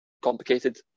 complicated